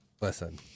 Listen